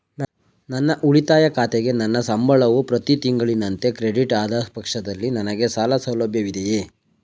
ನನ್ನ ಉಳಿತಾಯ ಖಾತೆಗೆ ನನ್ನ ಸಂಬಳವು ಪ್ರತಿ ತಿಂಗಳಿನಂತೆ ಕ್ರೆಡಿಟ್ ಆದ ಪಕ್ಷದಲ್ಲಿ ನನಗೆ ಸಾಲ ಸೌಲಭ್ಯವಿದೆಯೇ?